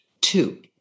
Two